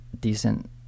decent